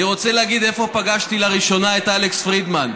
אני רוצה להגיד איפה פגשתי לראשונה את אלכס פרידמן.